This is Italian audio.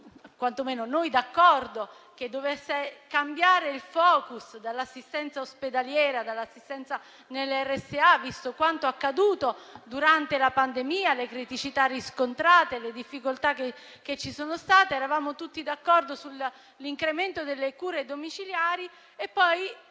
- quanto meno noi - che dovesse cambiare il *focus* dall'assistenza ospedaliera e nelle RSA, visto quanto accaduto durante la pandemia, viste le criticità riscontrate e le difficoltà che ci sono state. Eravamo tutti d'accordo sull'incremento delle cure domiciliari e poi